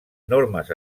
normes